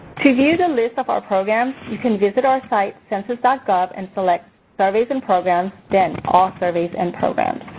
to view the list of our programs, you can visit our site, census ah gov, and select surveys and programs then all surveys and programs.